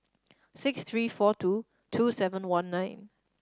six three four two two seven one nine